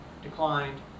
declined